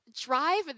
drive